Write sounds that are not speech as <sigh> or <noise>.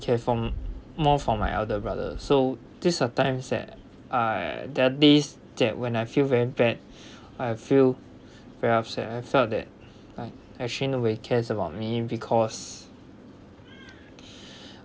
care for more for my elder brother so these are times that I that this that when I feel very bad <breath> I feel very upset I felt that like actually nobody cares about me because <breath>